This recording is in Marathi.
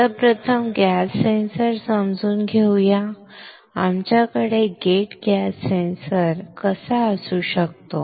तर प्रथम गॅस सेन्सर समजून घेऊया आमच्याकडे गेट गॅस सेन्सर कसा असू शकतो